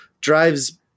drives